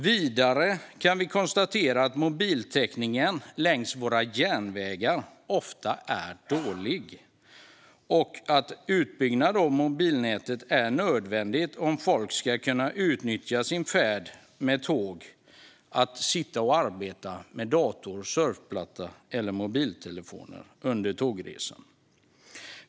Vidare kan vi konstatera att mobiltäckningen längs våra järnvägar ofta är dålig och att utbyggnad av mobilnätet är nödvändigt om folk ska kunna utnyttja sin färd med tåg till att sitta och arbeta med datorn, surfplattan eller mobiltelefonen under tågresan.